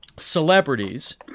celebrities